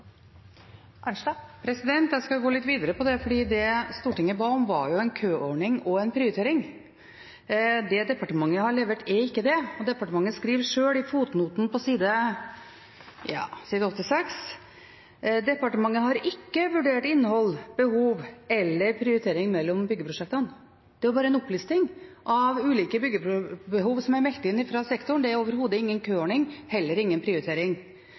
ikke det, og departementet skriver sjøl i fotnoten på side 86: «Departementet har ikke vurdert innhold, behov for eller prioritering mellom byggeprosjektene.» Det er bare en opplisting av ulike byggebehov som er meldt inn fra sektoren. Det er overhodet ingen køordning, heller ingen prioritering.